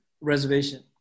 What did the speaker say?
reservation